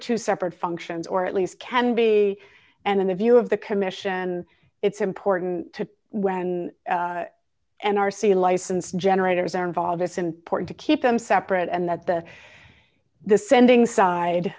two separate functions or at least can be and in the view of the commission it's important to when an r c license generators are involved it's important to keep them separate and that the the sending side